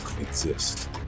exist